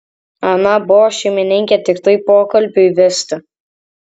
ana buvo šeimininkė tiktai pokalbiui vesti